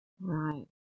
Right